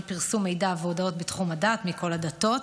פרסום מידע והודעות בתחום הדת מכל הדתות.